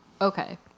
Okay